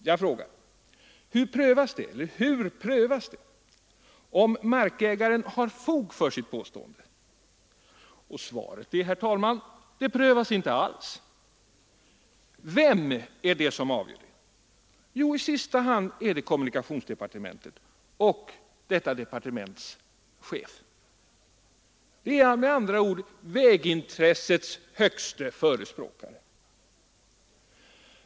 Jag frågar: Hur prövas det om markägaren har fog för sitt påstående? Svaret är, herr talman: Det prövas inte alls. Vem är det som avgör? Jo, i sista hand är det kommunikationsdepartementet och detta departements chef. Det är med andra ord vägintressets högste förespråkare.